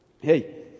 Hey